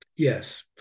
Yes